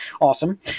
Awesome